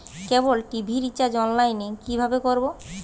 কেবল TV recharge online এ কিভাবে করব?